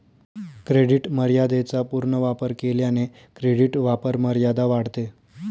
credit मर्यादेचा पूर्ण वापर केल्याने क्रेडिट वापरमर्यादा वाढते